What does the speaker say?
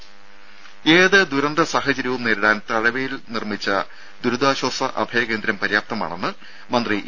രുമ ഏത് ദുരന്ത സാഹചര്യങ്ങളും നേരിടാൻ തഴവയിൽ നിർമ്മിച്ച ദുരിതാശ്വാസ അഭയ കേന്ദ്രം പര്യാപ്തമാണെന്ന് മന്ത്രി ഇ